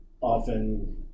often